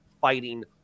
fighting